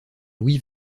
louis